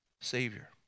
Savior